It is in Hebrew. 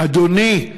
אדוני,